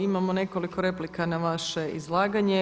Imamo nekoliko replika na vaše izlaganje.